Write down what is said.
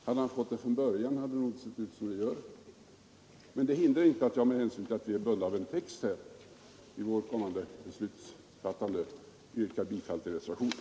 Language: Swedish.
Hade han fått det från början, hade det nog inte sett ut som det gör. Men det hindrar inte att jag med hänsyn till att vi är bundna av en text i vårt beslutsfattande yrkar bifall till reservationen.